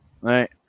right